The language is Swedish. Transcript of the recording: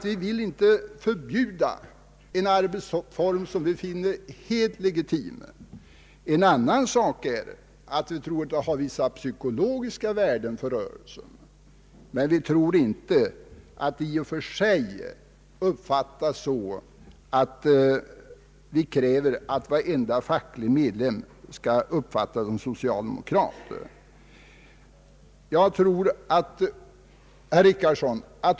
Vi vill inte förbjuda en arbetsform som vi finner helt legitim. En annan sak är att vi tror att systemet har vissa psykologiska värden för rörelsen. Men vi tror inte att det i och för sig uppfattas så att vi kräver att varenda facklig medlem skall vara socialdemokrat.